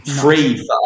free